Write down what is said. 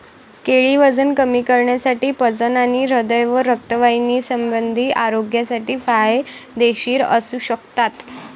केळी वजन कमी करण्यासाठी, पचन आणि हृदय व रक्तवाहिन्यासंबंधी आरोग्यासाठी फायदेशीर असू शकतात